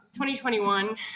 2021